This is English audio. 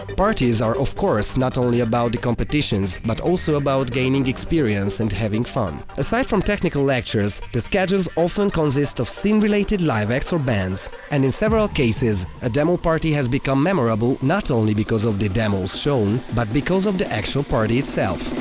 parties are of course not only about the competitions, but also about gaining experience and having fun. aside from technical lectures, the schedules often consist of scene-related live acts or bands, and in several cases, a demoparty has become memorable not only because of the demos shown, but because of the actual party itself.